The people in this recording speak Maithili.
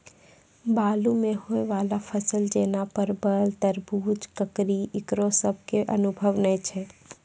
बालू मे होय वाला फसल जैना परबल, तरबूज, ककड़ी ईकरो सब के अनुभव नेय छै?